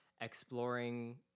exploring